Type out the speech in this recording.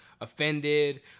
offended